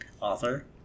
author